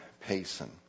Payson